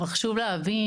אבל חשוב להבין,